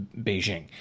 Beijing